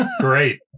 Great